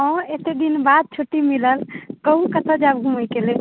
हँ एतेक दिन बाद छुट्टी मिलल कहू कतय जायब घूमयके लेल